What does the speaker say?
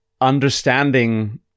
understanding